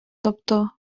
тобто